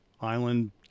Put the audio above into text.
island